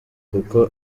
kuko